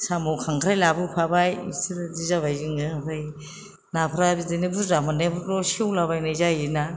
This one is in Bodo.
साम' खांख्राय लाबोफाबाय एसोरो बिदि जाबाय जोङो आमफाय नाफ्रा बिदिनो बुरजा मोननायफोरखौ सेउलाबायनाय जायो ना